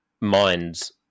minds